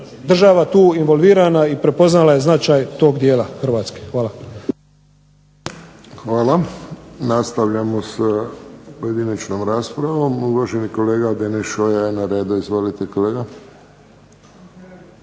država tu involvirana i prepoznala je značaj tog dijela Hrvatske. Hvala. **Friščić, Josip (HSS)** Hvala. Nastavljamo s pojedinačnom raspravom. Uvaženi kolega Deneš Šoja je na redu. Izvolite kolega.